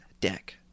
deck